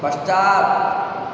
पश्चात्